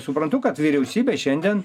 suprantu kad vyriausybė šiandien